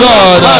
God